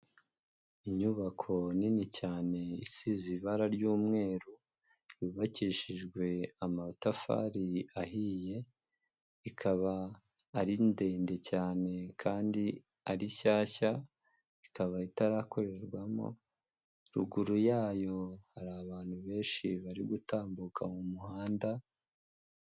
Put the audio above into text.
Inyubako nini cyane isize ibara ry'umweru, yubakishijwe amatafari ahiye, ikaba ari ndende cyane kandi ari nshyashya, ikaba itarakorerwamo, ruguru yayo hari abantu benshi bari gutambuka mu muhanda.